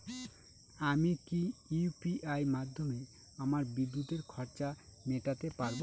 আমি কি ইউ.পি.আই মাধ্যমে আমার বিদ্যুতের খরচা মেটাতে পারব?